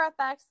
FX